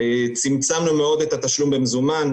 צמצמנו מאוד את התשלום במזומן,